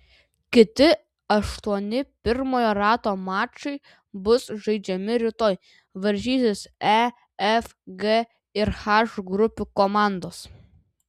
kiti aštuoni pirmojo rato mačai bus žaidžiami rytoj varžysis e f g ir h grupių komandos